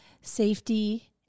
safety